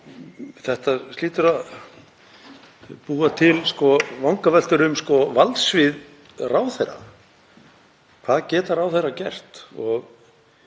Þetta hlýtur að búa til vangaveltur um valdsvið ráðherra. Hvað geta ráðherrar gert?